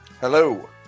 Hello